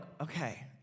okay